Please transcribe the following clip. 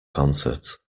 concert